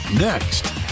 next